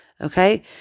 Okay